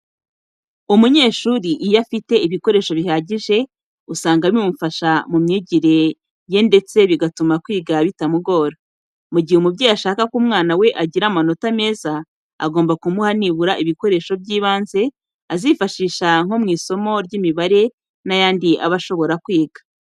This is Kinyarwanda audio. Umunyeshuri iyo afite ibikoresho bihagije, usanga bimufasha mu myigire ye ndetse bigatuma kwiga bitamugora. Mu gihe umubyeyi ashaka ko umwana we agira amanota meza agomba kumuha nibura ibikoresho by'ibanze azifashisha nko mu isomo ry'imibare n'ayandi aba ashobora kwiga.